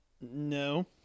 No